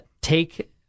Take